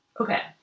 Okay